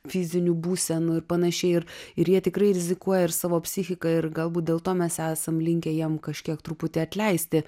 fizinių būsenų ir panašiai ir ir jie tikrai rizikuoja ir savo psichika ir galbūt dėl to mes esam linkę jiem kažkiek truputį atleisti